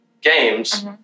games